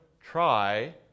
try